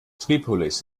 tripolis